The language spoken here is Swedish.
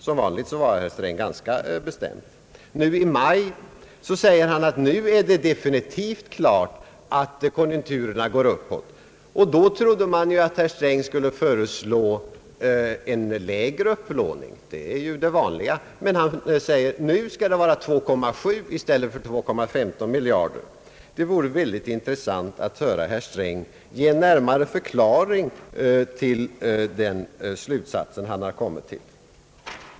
Som vanligt var herr Sträng ganska bestämd. Nu i maj säger han att det är definitivt klart att konjunkturerna går uppåt. Då kunde man tro att herr Sträng skulle föreslå en lägre upplåning, vilket ju är det vanliga vid en konjunkturuppgång. Herr Sträng säger emellertid att nu bör lånebehovet uppgå till 2,7 miljarder i stäl let för 2,15 miljarder kronor. Det vore mycket intressant att höra herr Sträng ge en närmare förklaring till den slutsats han kommit till.